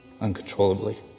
uncontrollably